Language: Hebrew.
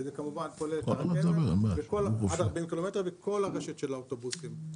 וזה כמובן כולל את הרכבת עד 40 קילומטר וכל הרשת של האוטובוסים,